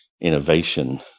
innovation